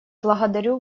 благодарю